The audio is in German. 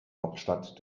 hauptstadt